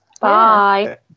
Bye